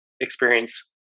experience